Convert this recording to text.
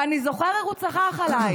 ואני זוכר איך הוא צרח עלייך.